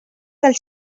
del